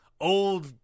old